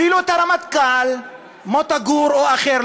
אפילו את הרמטכ"ל מוטה גור או אחר,